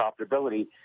profitability